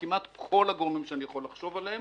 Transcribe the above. כמעט כל הגורמים שאני יכול לחשוב עליהם,